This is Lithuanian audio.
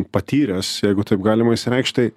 patyręs jeigu taip galima išsireikšt tai